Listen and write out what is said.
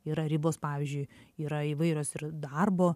yra ribos pavyzdžiui yra įvairios ir darbo